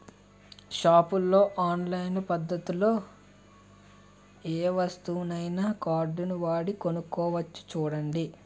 షాపుల్లో ఆన్లైన్ పద్దతిలో ఏ వస్తువునైనా కార్డువాడి కొనుక్కోవచ్చు చూడండి